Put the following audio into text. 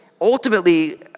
ultimately